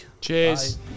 Cheers